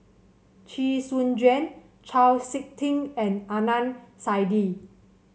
Chee Soon Juan Chau SiK Ting and Adnan Saidi